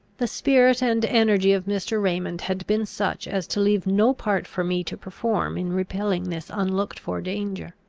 the spirit and energy of mr. raymond had been such as to leave no part for me to perform in repelling this unlooked-for danger.